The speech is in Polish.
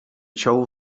ciął